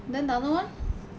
then the other [one]